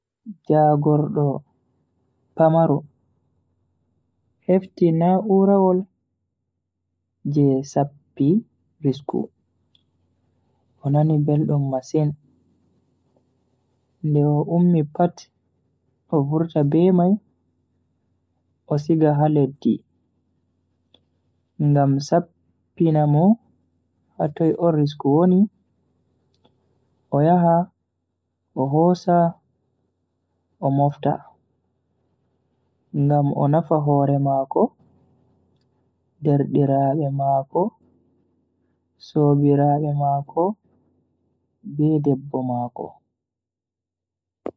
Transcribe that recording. Jagordo pamaro hefti na'urawol je sappi risku, o nani beldum masin. Nde o ummi pat o vurta be mai o siga ha leddi ngam sappina mo hatoi on risku woni o yaha o hosa o mofta ngam o nafa hoore mako, derdiraabe mako, sobiraabe mako be debbo mako.